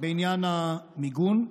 בעניין המיגון,